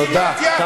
תודה רבה.